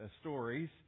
stories